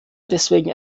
deswegen